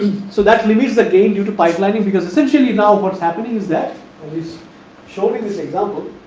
so that limits the gain due to pipelining, because essentially now what is happening is that always shown in this example.